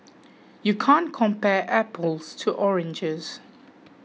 you can't compare apples to oranges